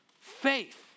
Faith